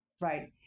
Right